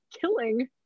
killing